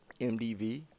MDV